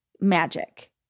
magic